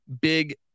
big